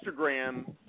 Instagram